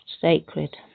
sacred